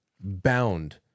bound